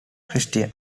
christian